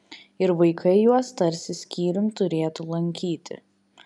ir vaikai juos tarsi skyrium turėtų lankyti